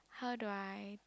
how do I